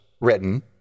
written